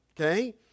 Okay